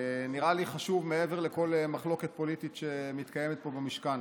זה נראה לי חשוב מעבר לכל מחלוקת פוליטית שמתקיימת פה במשכן.